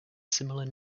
similar